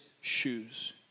shoes